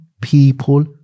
people